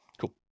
Cool